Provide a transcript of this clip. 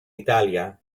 italia